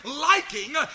liking